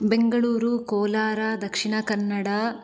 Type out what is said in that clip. Bengaluru Kolar Dakshina Kannada